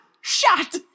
shot